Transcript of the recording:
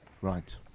Right